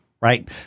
right